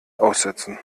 aussetzen